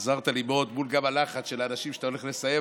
עזרת לי מאוד גם מול הלחץ של האנשים שאתה הולך לסיים,